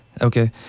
Okay